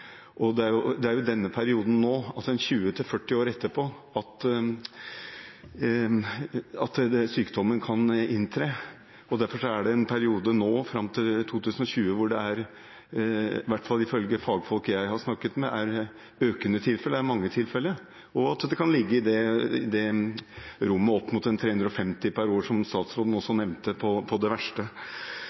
Det er jo i perioden nå, altså 20 til 40 år etterpå, at sykdommen kan inntre. Derfor er det en periode nå fram til 2020 hvor det, i hvert fall ifølge fagfolk jeg har snakket med, er et økende antall tilfeller, det er mange tilfeller, det kan ligge på opp mot 350 per år, som statsråden også nevnte, på det verste.